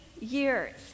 years